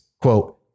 Quote